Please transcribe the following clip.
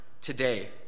today